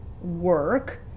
work